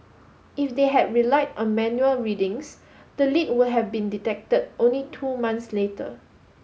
if they had relied on manual readings the leak would have been detected only two months later